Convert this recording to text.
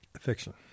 Fiction